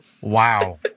Wow